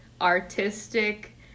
artistic